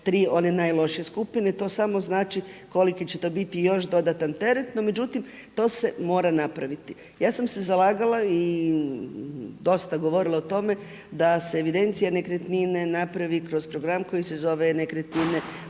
tri one najlošije skupine. To samo znači koliki će to biti još dodatan teret. No, međutim, to se mora napraviti. Ja sam se zalagala i dosta govorila o tome da se evidencija nekretnine napravi kroz program koji se zove Nekretnine